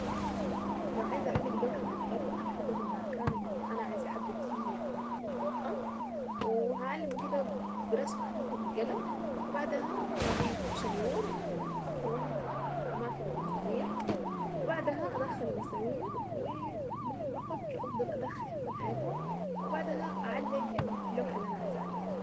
لو عايزة اعلق لوحة على الحيطة هحدد المكان اللي انا عايزة احدد فيه يعني اللوحة وهعلمه كده برسمة خفيفة بالقلم وبعدها هجيب شنيور وهخرم في اماكن المسامير وبعدها ادخل المسامير وبالمفك افضل ادخل في الحيطة وبعدها اعلق اللوحة اللي انا عايزة اعلقها.